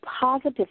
positive